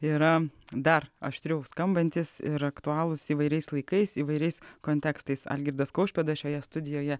yra dar aštriau skambantys ir aktualūs įvairiais laikais įvairiais kontekstais algirdas kaušpėdas šioje studijoje